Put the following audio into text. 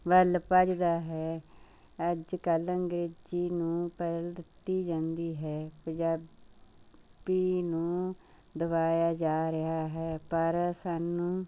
ਵੱਲ ਭੱਜਦਾ ਹੈ ਅੱਜ ਕੱਲ੍ਹ ਅੰਗਰੇਜ਼ੀ ਨੂੰ ਪਹਿਲ ਦਿੱਤੀ ਜਾਂਦੀ ਹੈ ਪੰਜਾਬੀ ਨੂੰ ਦਬਾਇਆ ਜਾ ਰਿਹਾ ਹੈ ਪਰ ਸਾਨੂੰ